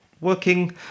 working